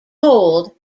cold